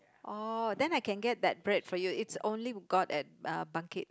orh then I can get that bread for you it's only got at uh